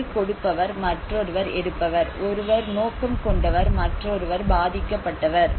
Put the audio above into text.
ஒன்று கொடுப்பவர் மற்றொருவர் எடுப்பவர் ஒருவர் நோக்கம் கொண்டவர் மற்றொருவர் பாதிக்கப்பட்டவர்